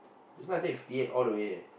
that's why I take fifty eight all the way leh